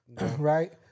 Right